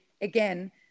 again